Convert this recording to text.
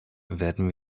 werden